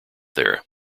there